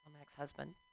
ex-husband